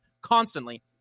constantly